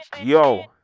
yo